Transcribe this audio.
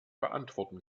beantworten